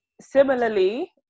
similarly